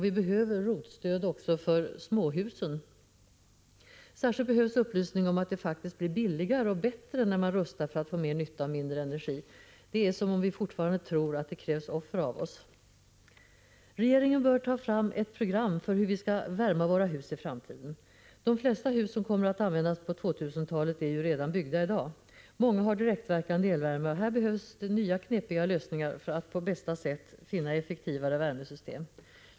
Vi behöver ROT-stöd också för småhus. Särskilt behövs upplysning om att det faktiskt blir billigare och bättre när man rustar för att få mer nytta av mindre energi. Det är som om vi fortfärande trodde att det krävs offer av oss. Regeringen bör ta fram ett program för hur vi skall värma våra hus i framtiden. De flesta hus som kommer att användas på 2000-talet är ju redan byggda i dag. Många har direktverkande elvärme, och här behövs nya knepiga lösningar för att på bästa sätt finna effektivare värmesystem.